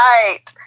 Right